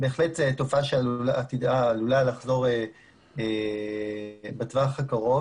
בהחלט זו תופעה שעלולה לחזור בטווח הקרוב